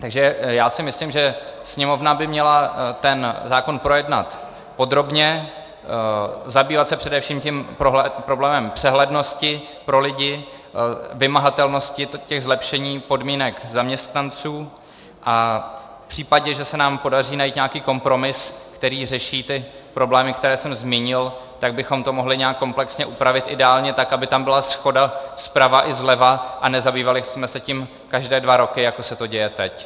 Takže si myslím, že Sněmovna by měla ten zákon projednat podrobně, zabývat se především tím problémem přehlednosti pro lidi, vymahatelnosti zlepšených podmínek zaměstnanců, a v případě, že se nám podaří najít nějaký kompromis, který řeší ty problémy, které jsem zmínil, tak bychom to mohli nějak komplexně upravit ideálně tak, aby tam byla shoda zprava i zleva a nezabývali jsme se tím každé dva roky, jako se to děje teď.